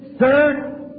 Sir